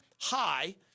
high